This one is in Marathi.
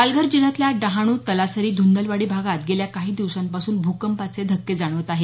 पालघर जिल्ह्यातल्या डहाणू तलासरी धुंदलवाडी भागांत गेल्या काही दिवसांपासून भूकंपाचे धक्के जाणवत आहेत